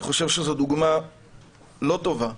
אני חושב שזאת דוגמה לא טובה,